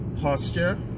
posture